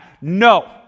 No